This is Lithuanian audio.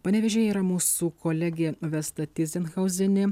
panevėžyje yra mūsų kolegė vesta tyzinhauzienė